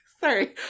Sorry